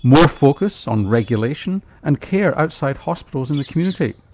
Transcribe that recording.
more focus on regulation and care outside hospitals in the community.